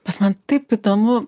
bet man taip įdomu